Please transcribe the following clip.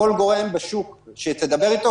כל גורם בשוק שתדבר איתו,